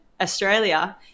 Australia